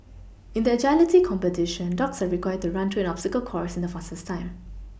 in the agility competition dogs are required to run through an obstacle course in the fastest time